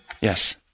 Yes